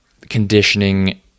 conditioning